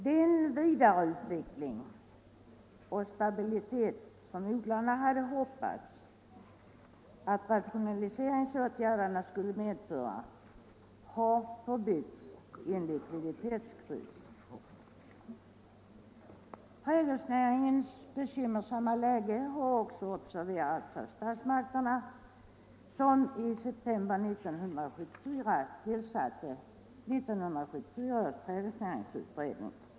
Den vidareutveckling och stabilitet som odlarna hade hoppats att rationaliseringsåtgärderna skulle medföra har förbytts i en likviditetskris. Trädgårdsnäringens bekymmersamma läge har också observerats av statsmakterna som i september 1974 tillsatte 1974 års trädgårdsnäringsutredning.